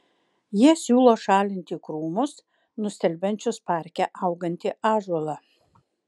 jie siūlo šalinti krūmus nustelbiančius parke augantį ąžuolą